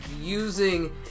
using